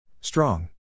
Strong